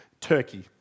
Turkey